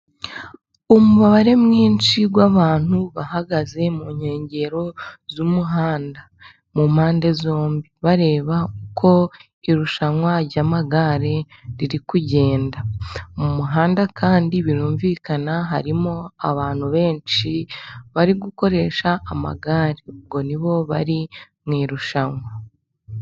Umubare mwinshi w'abantu bahagaze mu nkengero z'umuhanda mu mpande zombi bareba uko irushanwa ryamagare riri kugenda, mu muhanda kandi birumvikana harimo abantu benshi bari gukoresha amagare. Ubwo nibo bari mu irushanwa.